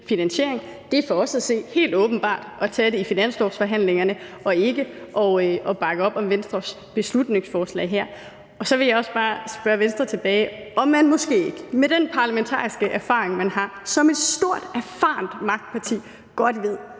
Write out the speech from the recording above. finansiering, at stå på. Det er for os at se helt åbenbart at tage det i finanslovsforhandlingerne og ikke bakke op om Venstres beslutningsforslag her. Og så vil jeg også bare spørge Venstre tilbage, om man måske ikke med den parlamentariske erfaring, man har som et stort erfarent magtparti, godt ved,